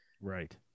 Right